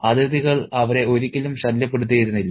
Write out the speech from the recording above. അതിഥികൾ അവരെ ഒരിക്കലും ശല്യപ്പെടുത്തിയിരുന്നില്ല